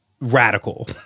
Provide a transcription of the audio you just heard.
radical